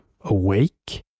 awake